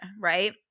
right